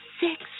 six